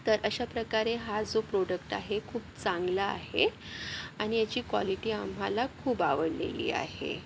तर अशाप्रकारे हा जो प्रोडक्ट आहे खूप चांगला आहे आणि याची कॉलिटी आम्हाला खूप आवडलेली आहे